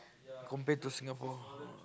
compared to Singapore